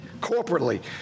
corporately